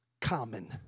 common